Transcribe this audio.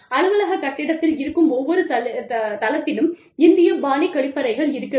அலுவலக கட்டிடத்தில் இருக்கும் ஒவ்வொரு தளத்திலும் இந்தியப் பாணி கழிப்பறைகள் இருக்க வேண்டும்